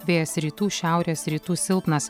vėjas rytų šiaurės rytų silpnas